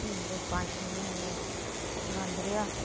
हुन ते पंज छे म्हीने बंद रेहा